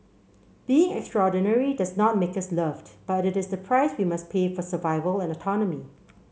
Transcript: being extraordinary does not make us loved but it is the price we must pay for survival and autonomy